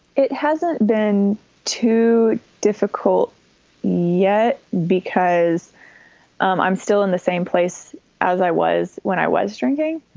it hasn't been too difficult yet because i'm i'm still in the same place as i was when i was drinking.